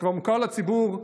שכבר מוכר לציבור.